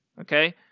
okay